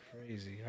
crazy